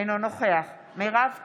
אינו נוכח מירב כהן,